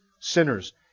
sinners